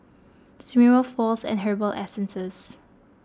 Smirnoff Wall's and Herbal Essences